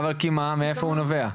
מאיפה נובע הפער?